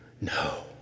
no